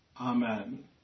Amen